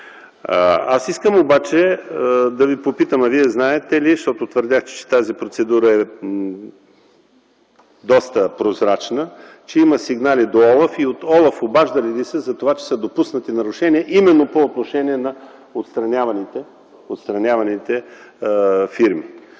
Аз искам да Ви попитам: Вие знаете ли, защото твърдяхте, че тази процедура е доста прозрачна, че има сигнали до ОЛАФ? И, от ОЛАФ обаждали ли са се за това, че са допуснати нарушения именно по отношение на отстраняваните